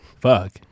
Fuck